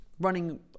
running